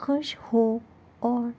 خوش ہو اور